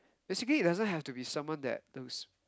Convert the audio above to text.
basically it doesn't have to be someone that those